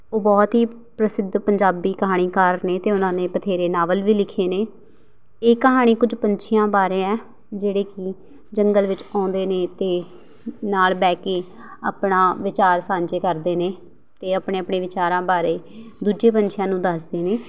ਉਹ ਬਹੁਤ ਹੀ ਪ੍ਰਸਿੱਧ ਪੰਜਾਬੀ ਕਹਾਣੀਕਾਰ ਨੇ ਅਤੇ ਉਹਨਾਂ ਨੇ ਬਥੇਰੇ ਨਾਵਲ ਵੀ ਲਿਖੇ ਨੇ ਇਹ ਕਹਾਣੀ ਕੁਝ ਪੰਛੀਆਂ ਬਾਰੇ ਹੈ ਜਿਹੜੇ ਕਿ ਜੰਗਲ ਵਿੱਚ ਆਉਂਦੇ ਨੇ ਅਤੇ ਨਾਲ ਬਹਿ ਕੇ ਆਪਣਾ ਵਿਚਾਰ ਸਾਂਝੇ ਕਰਦੇ ਨੇ ਅਤੇ ਆਪਣੇ ਆਪਣੇ ਵਿਚਾਰਾਂ ਬਾਰੇ ਦੂਜੇ ਪੰਛੀਆਂ ਨੂੰ ਦੱਸਦੇ ਨੇ